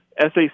SAC